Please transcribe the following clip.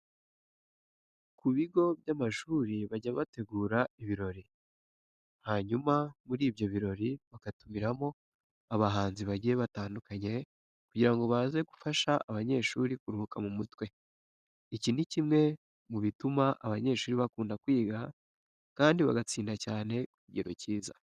Ku bigo by'amashuri bajya bategura ibirori, hanyuma muri ibyo birori bagatumiramo abahanzi bagiye batandukanye kugira ngo baze gufasha abanyeshuri kuruhuka mu mutwe. Iki ni kimwe mu bituma abanyeshuri bakunda kwiga kandi bagatsinda cyane ku kigero cyiza.